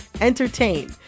entertain